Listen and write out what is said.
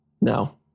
No